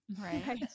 Right